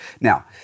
Now